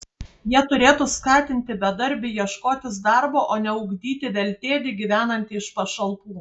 jie turėtų skatinti bedarbį ieškotis darbo o ne ugdyti veltėdį gyvenantį iš pašalpų